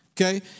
Okay